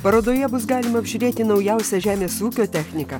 parodoje bus galima apžiūrėti naujausią žemės ūkio techniką